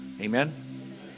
Amen